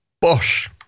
Bosch